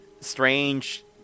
strange